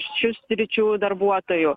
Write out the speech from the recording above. šių sričių darbuotojų